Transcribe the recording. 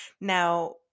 Now